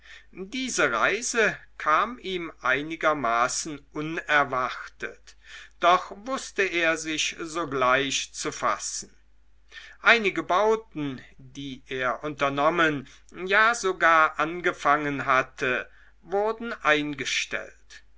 diese reise kam ihm einigermaßen unerwartet doch wußte er sich sogleich zu fassen einige bauten die er unternommen ja sogar angefangen hatte wurden eingestellt